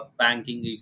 banking